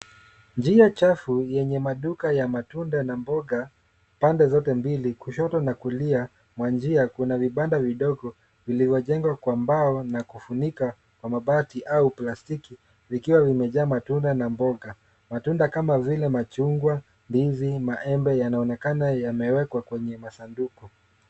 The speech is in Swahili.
Njia chafu yenye maduka ya matunda na mboga pande zote mbili, kushoto na kulia mwa njia kuna vibanda vidogo vilivyojengwa kwa mbao na kufunikwa kwa mabati au plastiki vikiwa vimejaa matunda na mboga. Matunda kama vile machungwa, ndizi, maembe yanaonekana yamewekwa kwenye masanduku.